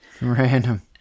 Random